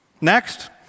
Next